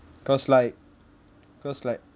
cause like cause like